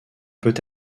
peut